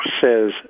says